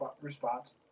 response